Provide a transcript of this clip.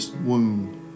wound